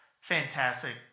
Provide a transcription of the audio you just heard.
fantastic